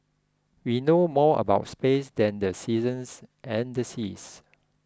we know more about space than the seasons and the seas